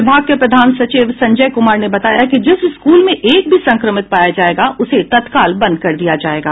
विभाग के प्रधान सचिव संजय कुमार ने बताया कि जिस स्कूल में एक भी संक्रमित पाया जायेगा उसे तत्काल बंद कर दिया जायेगा